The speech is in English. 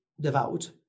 devout